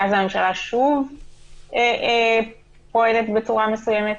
ואז הממשלה שוב פועלת בצורה מסוימת.